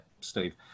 Steve